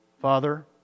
Father